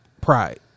pride